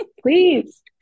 Please